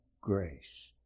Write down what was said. grace